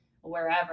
wherever